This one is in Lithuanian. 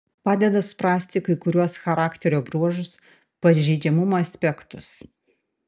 padeda suprasti kai kuriuos charakterio bruožus pažeidžiamumo aspektus